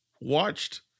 watched